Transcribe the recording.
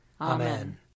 Amen